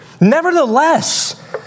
Nevertheless